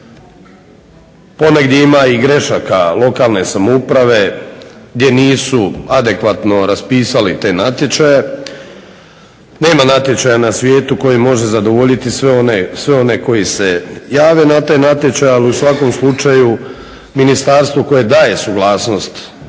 Ponegdje ima i grešaka lokalne samouprave gdje nisu adekvatno raspisali te natječaje. Nema natječaja na svijetu koji može zadovoljiti sve one koji se jave na taj natječaj, ali u svakom slučaju ministarstvo koje daje suglasnost